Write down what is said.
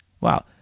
Wow